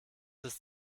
ist